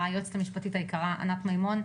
היועצת המשפטית ענת מימון,